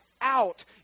out